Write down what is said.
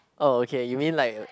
oh okay you mean like